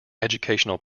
educational